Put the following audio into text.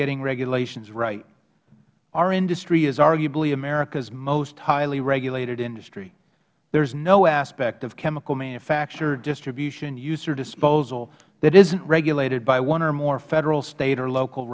getting regulations right our industry is arguably america's most highly regulated industry there is no aspect of chemical manufacture distribution user disposal that isn't regulated by one or more federal state or local